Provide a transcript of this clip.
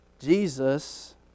Jesus